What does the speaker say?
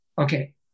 Okay